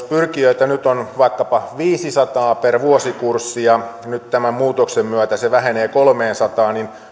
pyrkijöitä nyt on vaikkapa viisisataa per vuosikurssi ja nyt tämän muutoksen myötä se vähenee kolmeensataan niin